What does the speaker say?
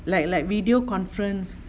like like video conference